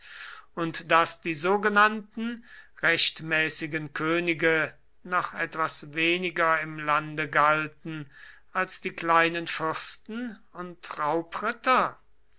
und daß die sogenannten rechtmäßigen könige noch etwas weniger im lande galten als die kleinen fürsten und